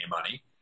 money